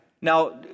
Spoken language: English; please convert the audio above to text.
Now